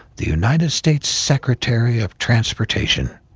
the united states secretary of transportation